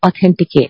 authenticate